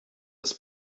des